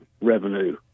revenue